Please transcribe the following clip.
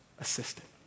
Assistant